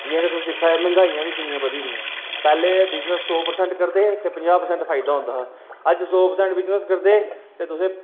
जि'यां गै तुस दिक्खा दे मंगेआइयां बी किन्नियां बधी दियां पैह्ले बिजनस सो परसैंट करदे हे ते पंजाह् परसैंट फायदा होंदा हा अज्ज सौ परसैंट बिजनस करदे ते तुसेंई फायदा